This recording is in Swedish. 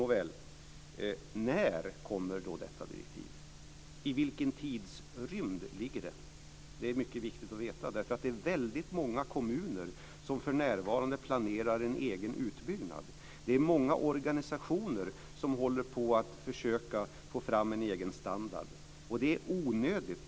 När kommer då detta direktiv? Vilken tidsrymd handlar det om? Det är mycket viktigt att veta, eftersom det är väldigt många kommuner som för närvarande planerar en egen utbyggnad. Det är många organisationer som håller på att försöka få fram en egen standard, och det är onödigt.